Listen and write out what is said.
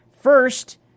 First